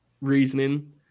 reasoning